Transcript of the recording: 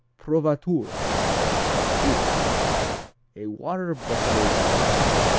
provatura italy a water-buffalo variety.